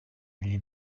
egli